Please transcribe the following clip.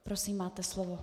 Prosím, máte slovo.